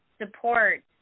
support